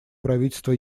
правительства